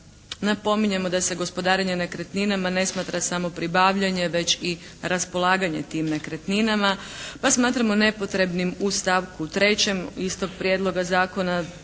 Napominjemo da se gospodarenje nekretninama ne smatra samo pribavljanje već i raspolaganje tim nekretninama pa smatramo nepotrebnim u stavku 3. istog prijedloga zakona